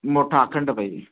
मोठा अखंड पाहिजे